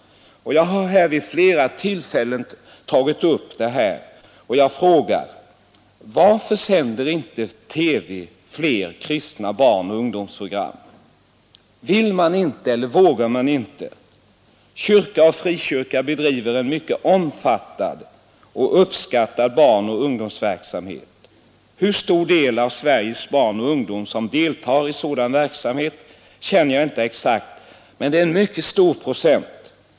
Jag har vid flera tillfällen tagit upp detta, och jag frågar: Varför sänder inte TV fler kristna barnoch ungdomsprogram? Vill man inte eller vågar man inte? Kyrka och frikyrka bedriver en mycket omfattande och uppskattad barnoch ungdomsverksamhet. Hur stor del av Sveriges barn och ungdom som deltar i sådan verksamhet känner jag inte exakt till, men det är en mycket stor procent.